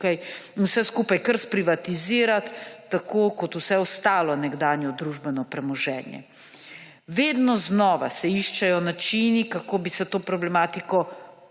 vse skupaj kar sprivatizirati tako kot vse ostalo nekdanje družbeno premoženje. Vedno znova se iščejo načini, kako bi se te ta problematika